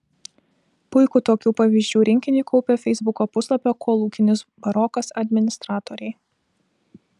puikų tokių pavyzdžių rinkinį kaupia feisbuko puslapio kolūkinis barokas administratoriai